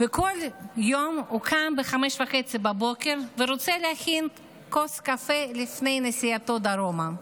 וכל יום הוא קם ב-05:30 בבוקר ורוצה להכין כוס קפה לפני נסיעתו דרומה.